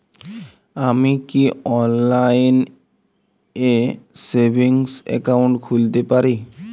আমি কি অনলাইন এ সেভিংস অ্যাকাউন্ট খুলতে পারি?